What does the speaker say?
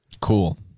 Cool